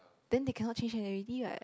then they cannot change already what